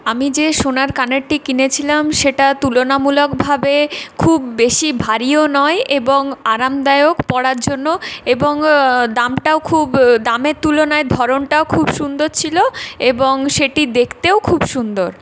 আমি যে সোনার কানেরটি কিনেছিলাম সেটা তুলনামূলকভাবে খুব বেশি ভারীও নয় এবং আরামদায়ক পরার জন্য এবং দামটাও খুব দামের তুলনায় ধরনটাও খুব সুন্দর ছিল এবং সেটি দেখতেও খুব সুন্দর